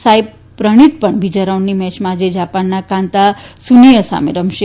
સાંઈ પ્રણીત પણ બીજા રાઉન્ડની મેચમાં આજે જાપાનના કાંતા સુનેયામાં રમશે